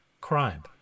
crime